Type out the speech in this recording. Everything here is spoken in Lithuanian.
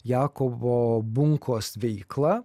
jakovo bunkos veiklą